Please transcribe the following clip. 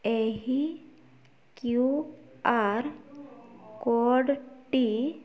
ଏହି Q R କୋଡ଼୍ଟି